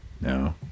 no